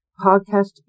Podcast